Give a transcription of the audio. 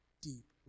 deep